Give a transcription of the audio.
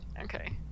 okay